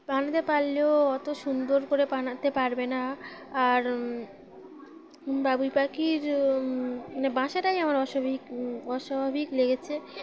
বানাতে পারলেও অত সুন্দর করে বানাতে পারবে না আর বাবুই পাখির মানে বাসাটাই আমার অস্বাভাবিক অস্বাভাবিক লেগেছে